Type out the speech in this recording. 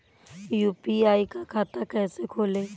UPI का खाता कैसे खोलें?